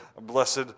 Blessed